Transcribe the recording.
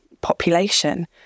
population